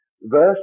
verse